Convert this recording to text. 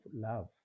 love